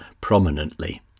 prominently